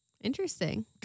interesting